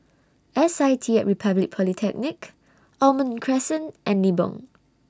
S I T At Republic Polytechnic Almond Crescent and Nibong